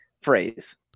phrase